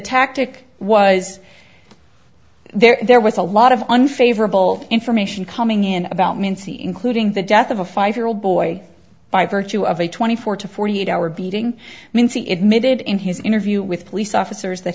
tactic was there there was a lot of unfavorable information coming in about nancy including the death of a five year old boy by virtue of a twenty four to forty eight hour beating i mean see it made it in his interview with police officers that